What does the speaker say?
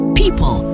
people